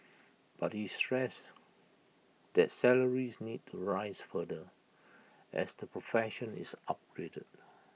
but he stressed that salaries need to rise further as the profession is upgraded